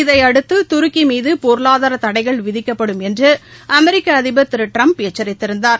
இதையடுத்து துருக்கி மீது பொருளாதார தடைகள் விதிக்கப்படும் என்று அமெரிக்க அதிபர் திரு ட்டிரம்ப் எச்சரித்திருந்தார்